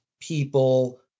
people